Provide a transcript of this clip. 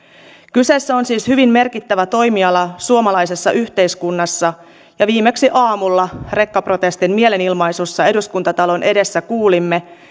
kyseessä on siis hyvin merkittävä toimiala suomalaisessa yhteiskunnassa ja viimeksi aamulla rekkaprotestin mielenilmaisussa eduskuntatalon edessä kuulimme